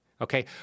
okay